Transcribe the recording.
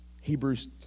Hebrews